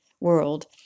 world